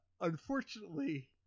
Unfortunately